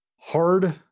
hard